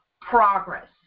progress